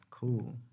Cool